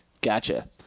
Gotcha